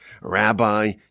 Rabbi